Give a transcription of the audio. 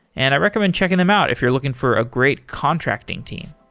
and i recommend checking them out if you're looking for a great contracting team.